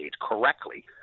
correctly